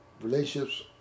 Relationships